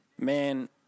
Man